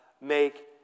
make